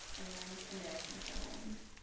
and american samoans.